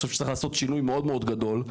אני חושב שצריך לעשות שינוי מאוד מאוד גדול.